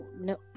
no